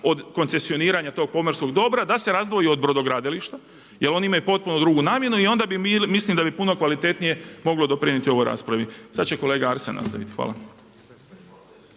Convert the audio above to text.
od koncesioniranja tog pomorskog dobra, da se razdvoji od brodogradilišta jer oni imaju potpuno drugu namjenu. I onda mislim da bi puno kvalitetnije moglo doprinijeti ovoj raspravi. Sad će kolega Arsen nastaviti. Hvala.